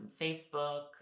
Facebook